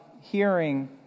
hearing